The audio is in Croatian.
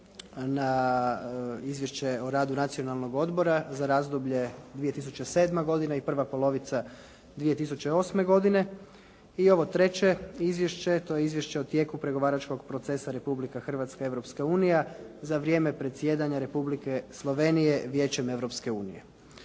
na Izvješće o radu Nacionalnog odbora za razdoblje 2007. godina i prva polovica 2008. godine i ovo treće izvješće to je Izvješće o tijeku pregovaračkog procesa Republike Hrvatske – Europska unija za vrijeme predsjedanja Republike Slovenije Vijećem Europske unije.